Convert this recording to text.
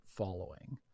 following